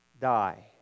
die